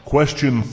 Question